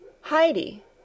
Heidi